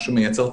מה שמייצר,